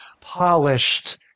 polished